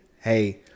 hey